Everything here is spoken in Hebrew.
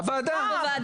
הוועדה.